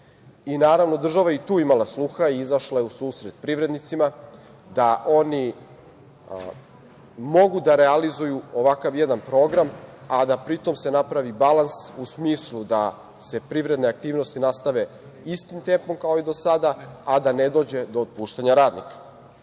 Naravno, država je i tu imala sluha i izašla je u susret privrednicima da oni mogu da realizuju ovakav jedan program a da pri tom se napravi balans u smislu da se privredne aktivnosti nastave istim tempom kao i do sada, a da ne dođe do otpuštanja radnika. Ministar